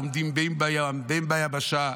העומדים בין בים ובין ביבשה.